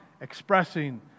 expressing